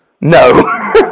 no